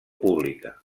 pública